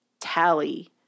Tally